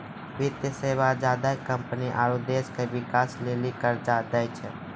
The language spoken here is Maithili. वित्तीय सेवा ज्यादा कम्पनी आरो देश के बिकास के लेली कर्जा दै छै